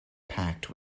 packed